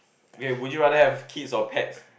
hey would you rather have kids or pets